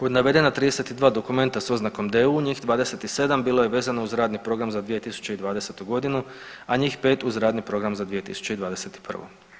Od navedena 32 dokumenta s oznakom DEU, njih 27 bilo je vezano uz Radni program za 2020. godinu, a njih 5 uz Radni program za 2021.